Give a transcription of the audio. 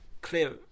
clear